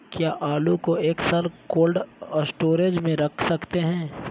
क्या आलू को एक साल कोल्ड स्टोरेज में रख सकते हैं?